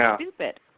stupid